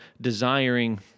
desiring